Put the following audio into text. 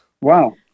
Wow